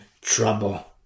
trouble